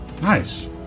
Nice